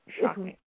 Shocking